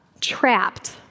trapped